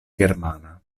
germana